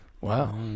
wow